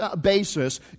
basis